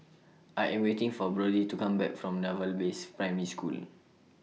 I Am waiting For Brody to Come Back from Naval Base Primary School